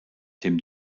dem